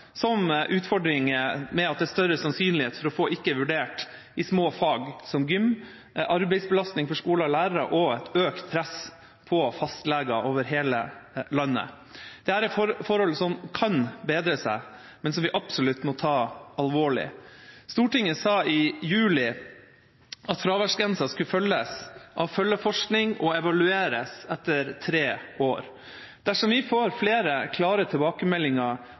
praktiske utfordringer med grensa, som at det er større sannsynlighet for å få «ikke vurdert» i små fag som gym, arbeidsbelastning for skole og lærere og økt press på fastleger over hele landet. Dette er forhold som kan bedre seg, men som vi absolutt må ta alvorlig. Stortinget sa i juni at fraværsgrensa skulle ledsages av følgeforskning og evalueres etter tre år. Dersom vi får flere klare tilbakemeldinger